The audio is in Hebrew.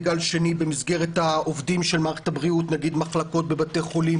גל שני במסגרת העובדים שמערכת הבריאות תגדיל מחלקות בבתי חולים,